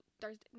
Thursday